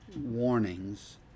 warnings